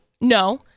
No